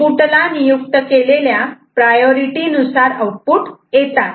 input ला नियुक्त केलेल्या प्रायोरिटी नुसार आउटपुट येतात